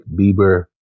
Bieber